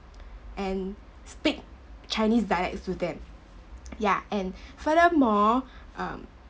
and speak chinese dialects to them yeah and furthermore um